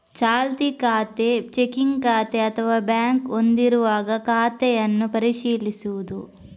ಚಾಲ್ತಿ ಖಾತೆ, ಚೆಕ್ಕಿಂಗ್ ಖಾತೆ ಅಥವಾ ಬ್ಯಾಂಕ್ ಹೊಂದಿರುವಾಗ ಖಾತೆಯನ್ನು ಪರಿಶೀಲಿಸುವುದು